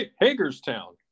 Hagerstown